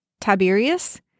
Tiberius